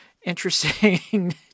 interesting